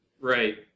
right